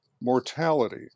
mortality